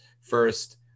first